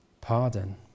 pardon